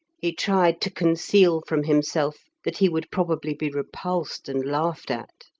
he tried to conceal from himself that he would probably be repulsed and laughed at.